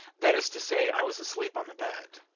that is to say, i was asleep on the bed.